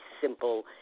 simple